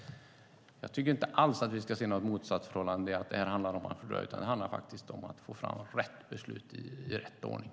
Jag tycker inte alls att vi ska se något motsatsförhållande eller att det här handlar om att fördröja. Det handlar faktiskt om att få fram rätt beslut i rätt ordning.